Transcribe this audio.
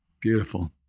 Beautiful